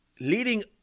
leading